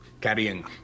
carrying